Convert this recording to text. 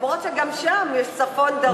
למרות שגם שם יש צפון דרום,